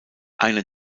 einer